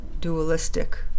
dualistic